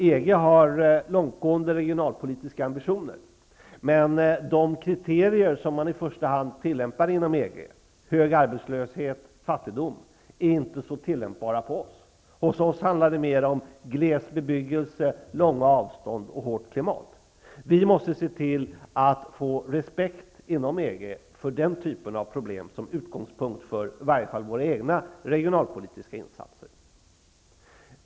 EG har långtgående regionalpolitiska ambitioner, men de kriterier man i första hand tillämpar inom EG, hög arbetslöshet och fattigdom, är inte så tillämpbara på oss. Hos oss handlar det mer om gles bebyggelse, långa avstånd och hårt klimat. Vi måste se till att få respekt inom EG för den typen av problem som utgångspunkt för i varje fall våra egna regionalpolitiska insatser.